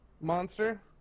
monster